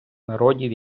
народів